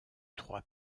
trois